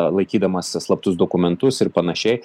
laikydamas slaptus dokumentus ir panašiai